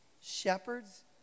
shepherds